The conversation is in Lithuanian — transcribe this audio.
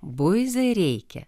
buizai reikia